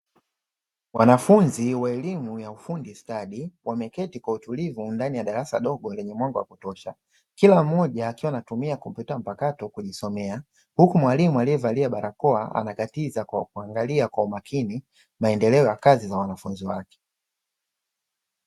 Wanafunzi wa elimu ya ufundi stadi wameketi kwa utulivu ndani ya darasa dogo lenye mwanga wa kutosha, kila mmoja akiwa anatumia kompyuta mpakato kujisomea, huku mwalimu aliyevalia barakoa anakatiza kwa kuangalia kwa umakini maendeleo ya kazi za wanafunzi wake.